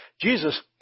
Jesus